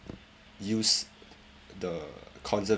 use the conser~